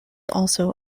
also